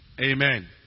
Amen